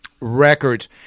Records